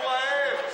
הוא רעב.